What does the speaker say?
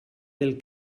del